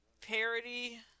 parody